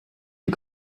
you